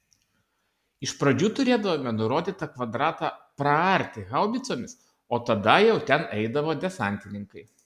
iš pradžių turėdavome nurodytą kvadratą praarti haubicomis o tada jau ten eidavo desantininkai